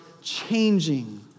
changing